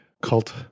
cult